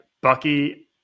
Bucky